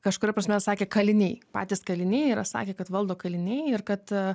kažkuria prasme sakė kaliniai patys kaliniai yra sakę kad valdo kaliniai ir kad